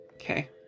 Okay